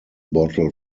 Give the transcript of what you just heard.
bottle